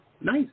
nice